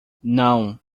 não